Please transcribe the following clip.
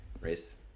race